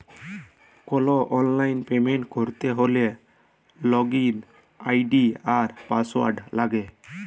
call অললাইল payment ক্যরতে হ্যলে লগইল আই.ডি আর পাসঅয়াড় লাগে